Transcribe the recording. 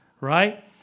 right